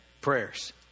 Prayers